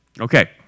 Okay